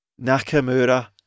Nakamura